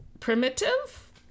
Primitive